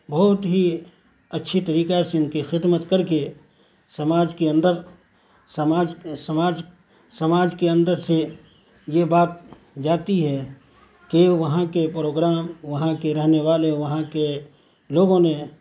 بہت ہی اچھی طریقہ سے ان کی خدمت کر کے سماج کے اندر سماج سماج سماج کے اندر سے یہ بات جاتی ہے کہ وہاں کے پروگرام وہاں کے رہنے والے وہاں کے لوگوں نے